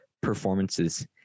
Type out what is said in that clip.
performances